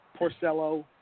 Porcello